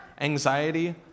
anxiety